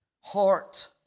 Heart